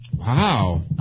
Wow